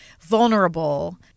vulnerable